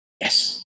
Yes